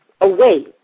away